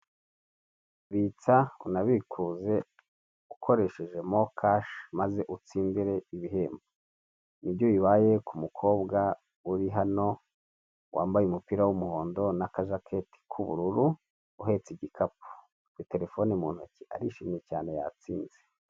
Bitsa unabikuze ukoresheje mo kashe maze utsindire ibihembo, nibyo bibaye ku mukobwa uri hano wambaye umupira w'umuhondo na kajaketi k'ubururu uhetse igikapu, ufite telefone mu ntoki arishimye cyane yatsinze.